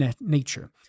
nature